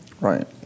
Right